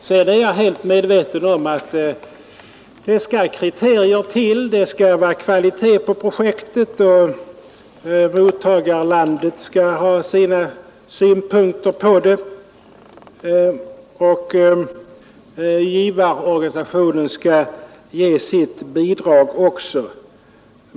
Jag är helt medveten om att det krävs vissa kriterier, att det skall vara kvalitet på projektet samt att mottagarlandet skall ge sitt godkännande.